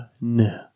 no